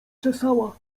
czesała